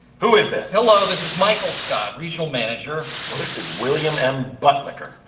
who is this? hello, this is michael scott, regional manager. well, this is william m. buttlicker.